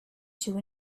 two